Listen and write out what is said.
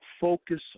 focus